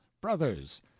brothers